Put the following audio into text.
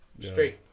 straight